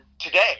today